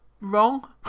wrong